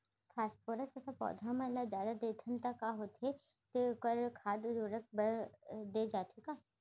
Phosphorus तथा ल पौधा मन ल जादा देथन त का होथे हे, का ओला खाद उर्वरक बर दे जाथे का?